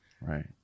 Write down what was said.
Right